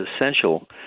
essential